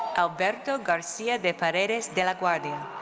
alberto garcia de paredes de la guardia.